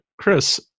Chris